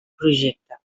projecte